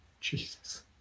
Jesus